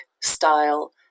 style